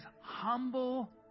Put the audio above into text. humble